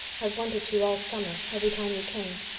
i've wanted to all summer every time you came.